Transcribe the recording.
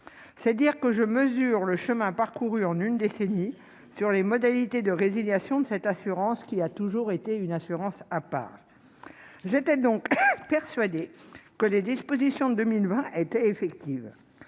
C'est dire si je mesure le chemin parcouru en une décennie sur les modalités de résiliation de cette assurance, qui a toujours été à part. J'étais donc persuadée que les dispositions de 2020 étaient effectives.